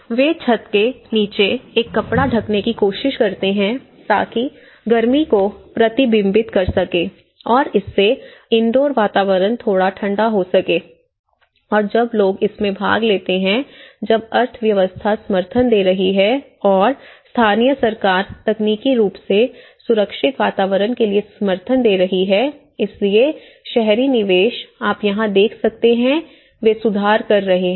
वे छत के नीचे एक कपड़ा ढंकने की कोशिश करते हैं ताकि गर्मी को प्रतिबिंबित कर सके और इससे इनडोर वातावरण थोड़ा ठंडा हो सके और जब लोग इसमें भाग लेते हैं जब अर्थव्यवस्था समर्थन दे रही है और स्थानीय सरकार तकनीकी रूप से सुरक्षित वातावरण के लिए समर्थन दे रही है इसलिए शहरी निवेश आप यहां क्या देख सकते हैं वे सुधार कर रहे हैं